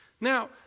now